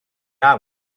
iawn